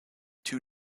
two